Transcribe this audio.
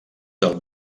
del